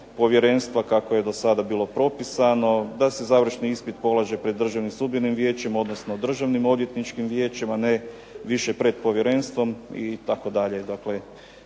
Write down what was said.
povjerenstva kako je do sada bilo propisano, da se završni ispit polaže pred Državnim sudbenim vijećem, odnosno Državnoodvjetničkim vijećem, a ne više pred povjerenstvom itd. Dakle